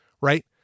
Right